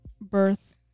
birth